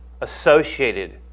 associated